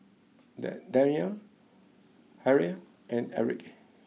Dan Danyell Halle and Eric